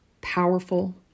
powerful